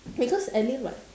because alyn [what]